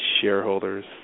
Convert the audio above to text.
shareholders